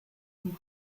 von